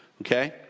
Okay